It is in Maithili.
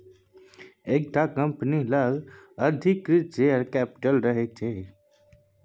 एकटा कंपनी लग अधिकृत शेयर कैपिटल रहय छै